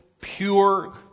pure